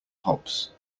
hops